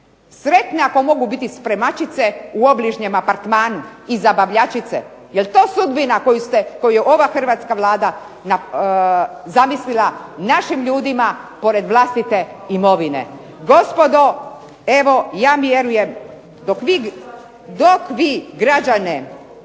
Sretne ako mogu biti spremačice u obližnjem apartmanu i zabavljačice. Jel to sudbina koju je ova Hrvatska vlada zamislila našim ljudima pored vlastite imovine? Gospodo evo ja vjerujem dok vi građane